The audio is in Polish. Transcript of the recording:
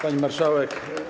Pani Marszałek!